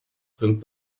sind